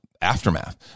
aftermath